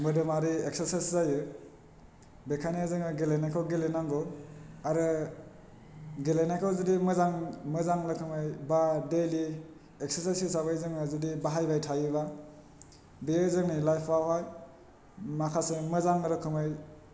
मोदोमारि exercise जायो बेखायनो जोङो गेलेनायखौ गेलेनांगौ आरो गेलेनायखौ जुदि मोजां रोखोमै बा दैलि इक्सारचाइस हिसाबै जोङो जुदि बाहायबाय थायोबा बेयो जोंनि लाइफयावहाय माखासे मोजां रोखोमै